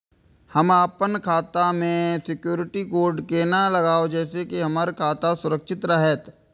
हम अपन खाता में सिक्युरिटी कोड केना लगाव जैसे के हमर खाता सुरक्षित रहैत?